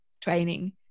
training